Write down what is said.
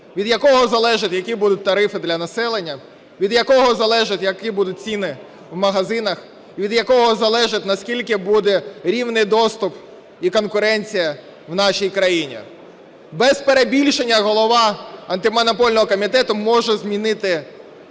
від якого залежить, які будуть тарифи для населення, від якого залежить, які будуть ціни в магазинах, від якого залежить, наскільки буде рівний доступ і конкуренція в нашій країні. Без перебільшення, голова Антимонопольного комітету може змінити